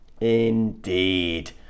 Indeed